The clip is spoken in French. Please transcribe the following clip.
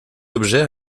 objets